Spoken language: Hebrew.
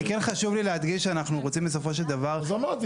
חשוב לי להדגיש שאנחנו רוצים בסופו של דבר שיהיה S.M.S --- אז אמרתי